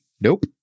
Nope